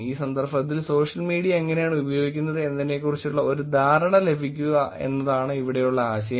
ഈ സന്ദർഭത്തിൽ social media എങ്ങനെയാണ് ഉപയോഗിക്കുന്നത് എന്നതിനെക്കുറിച്ചുള്ള ഒരു ധാരണ ലഭിക്കുക എന്നതാണ് ഇവിടെയുള്ള ആശയം